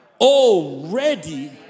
already